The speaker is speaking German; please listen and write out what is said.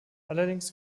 allerdings